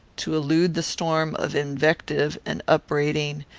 to elude the storm of invective and upbraiding,